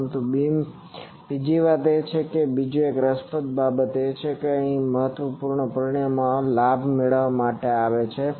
પરંતુ બીજી વાત એ છે કે બીજી એક રસપ્રદ બાબત એ છે કે અન્ય મહત્વપૂર્ણ પરિમાણો લાભ મેળવવામાં આવે છે